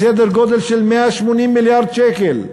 בסדר גודל של 180 מיליארד שקל,